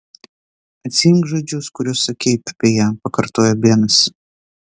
atsiimk žodžius kuriuos sakei apie ją pakartojo benas